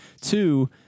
Two